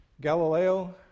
Galileo